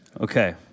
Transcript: Okay